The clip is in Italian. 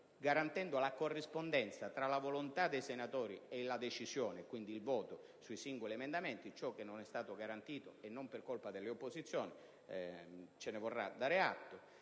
garantendo la corrispondenza tra la volontà dei senatori e la decisione (quindi il voto) assunta sui singoli emendamenti (ciò che non è stato garantito e non per colpa delle opposizioni, ce ne vorrà dare atto)